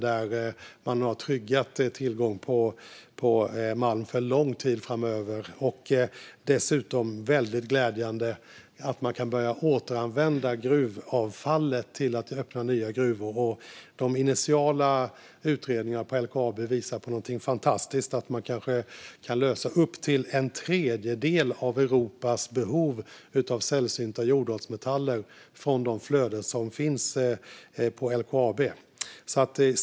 Där har tillgång till malm för lång tid framöver tryggats. Glädjande är att man kan börja återanvända gruvavfallet till att öppna nya gruvor. De initiala utredningarna på LKAB visar på något fantastiskt, nämligen att det går att lösa upp till en tredjedel av Europas behov av sällsynta jordartsmetaller från de flöden som finns på LKAB.